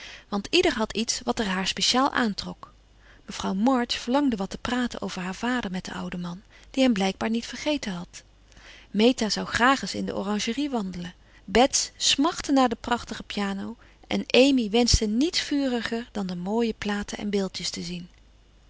want ieder had iets wat er haar speciaal aantrok mevrouw march verlangde wat te praten over haar vader met den ouden man die hem blijkbaar niet vergeten had meta zou graag eens in de oranjerie wandelen bets smachtte naar de prachtige piano en amy wenschte niets vuriger dan de mooie platen en beeldjes te zien